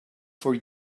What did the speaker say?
for